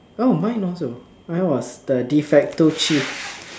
oh mine also mine was the de facto chief